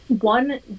one